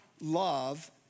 love